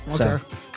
okay